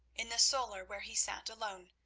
in the solar where he sat alone,